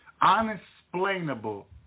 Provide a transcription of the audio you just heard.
Unexplainable